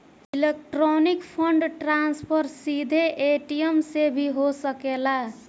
electronic fund transfer सीधे ATM से भी हो सकेला